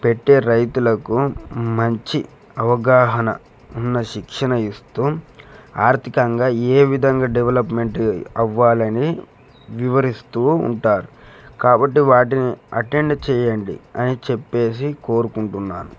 పెట్టే రైతులకు మంచి అవగాహన ఉన్న శిక్షణ ఇస్తు ఆర్థికంగా ఏ విధంగా డెవలప్మెంట్ అవ్వాలని వివరిస్తు ఉంటారు కాబట్టి వాటిని అటెండ్ చేయండి అని చెప్పి కోరుకుంటున్నాను